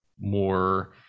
more